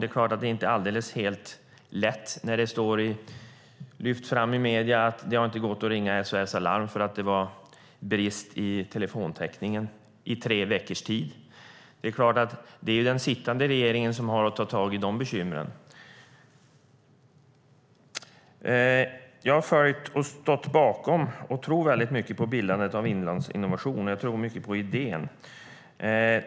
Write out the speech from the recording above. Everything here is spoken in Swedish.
Det är inte helt lätt när det lyfts fram i medierna att det inte har gått att ringa SOS Alarm på grund av att det varit brist i telefontäckningen i tre veckors tid. Det är den sittande regeringen som har att ta tag i de bekymren. Jag har följt och stått bakom och tror väldigt mycket på bildandet av Inlandsinnovation. Jag tror mycket på den idén.